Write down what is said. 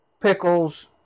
pickles